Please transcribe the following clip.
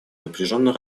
напряженно